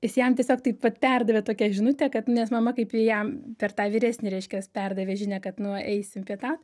jis jam tiesiog taip vat perdavė tokią žinutę kad nes mama kaip jam per tą vyresnį reiškias perdavė žinią kad nu eisim pietaut